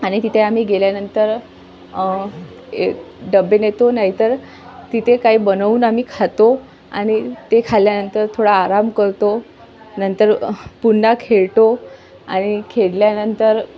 आणि तिथे आम्ही गेल्यानंतर हे डबे नेतो नाहीतर तिथे काही बनवून आम्ही खातो आणि ते खाल्ल्यानंतर थोडा आराम करतो नंतर पुन्हा खेळतो आणि खेळल्यानंतर